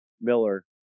Miller